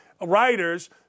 writers